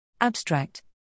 Abstract